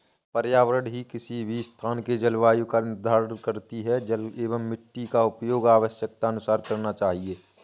पर्यावरण ही किसी भी स्थान के जलवायु का निर्धारण करती हैं जल एंव मिट्टी का उपयोग आवश्यकतानुसार करना चाहिए